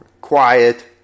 Quiet